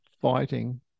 fighting